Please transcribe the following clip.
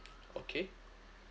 okay